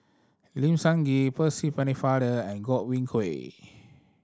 Lim Sun Gee Percy Pennefather and Godwin Koay